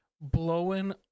Blowing